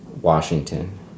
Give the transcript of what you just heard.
Washington